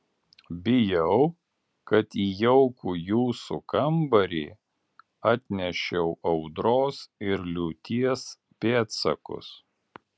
bijau kad į jaukų jūsų kambarį atnešiau audros ir liūties pėdsakus